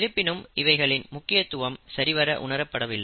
இருப்பினும் இவைகளின் முக்கியத்துவம் சரிவர உணரப்படவில்லை